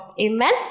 Amen